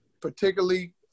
particularly